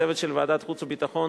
ולצוות של ועדת החוץ והביטחון,